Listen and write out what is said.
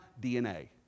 DNA